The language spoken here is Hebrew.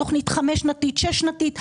תכנית חמש שנתית ושש שנתית.